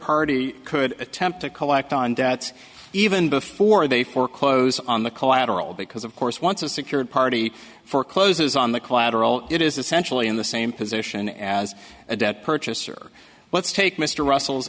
party could attempt to collect on debts even before they foreclose on the collateral because of course once a secured party forecloses on the collateral it is essentially in the same position as a debt purchaser let's take mr russell's